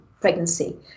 pregnancy